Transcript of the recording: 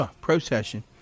procession